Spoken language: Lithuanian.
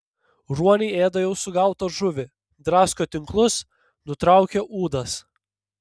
ruoniai ėda jau sugautą žuvį drasko tinklus nutraukia ūdas